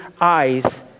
eyes